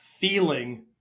feeling